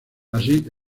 así